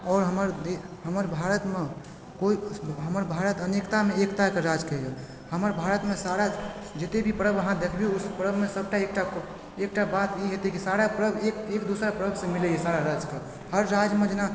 आओर हमर दे हमर हमर भारतमे अनेकतामे एकताके राज कहल गेल हँ हमर भारतमे सारा जतेक भी परब अहाँ देखबै ओ सबमे एकटा बात ई हेतै कि सारा परब एक दोसरासँ मिलै छै सारा राज्यके हर राज्यके जेना